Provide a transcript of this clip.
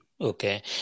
Okay